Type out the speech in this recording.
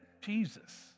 Jesus